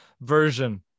version